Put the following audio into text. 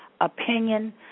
opinion